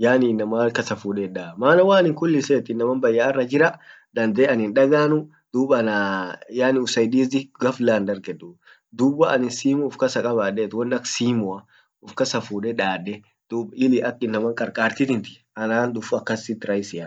yaani innama hark kasa fudedaa maana waan kulliset inaman bayyat ara jira dande anin daganu dub anaa yaani usaidizi ghafla hin daegeduu dub waanin simu uf kasa kabadet wan ak simua uf kasa fude dadde dub illi ak inaman qarqarti tinti an ant duf akasit raisia.